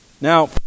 Now